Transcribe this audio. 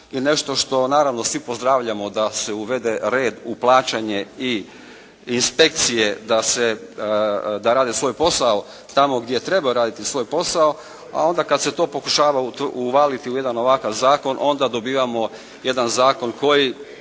i nešto što, naravno svi pozdravljamo da se uvede red u plaćanje i inspekcije da rade svoj posao tamo gdje trebaju raditi svoj posao, a onda kad se to pokušava uvaliti u jedan ovakav zakon, onda dobivamo jedan zakon koji